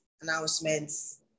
announcements